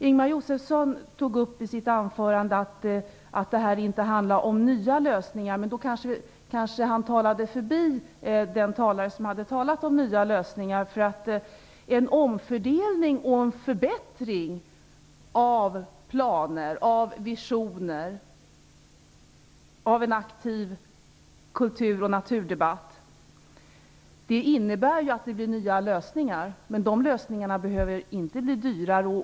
Ingemar Josefsson sade i sitt anförande att det här inte handlar om nya lösningar. Men då kanske han talade förbi den debattör som hade talat om nya lösningar. En omfördelning och en förbättring av planer och visioner och en aktiv kultur och naturdebatt innebär ju att det blir nya lösningar. Men de lösningarna behöver inte bli dyrare.